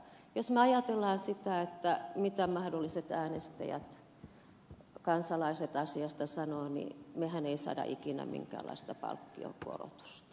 jos me ajatellaan sitä mitä mahdolliset äänestäjät kansalaiset asiasta sanovat niin mehän emme saa ikinä minkäänlaista palkkionkorotusta